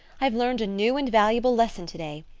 i've learned a new and valuable lesson today.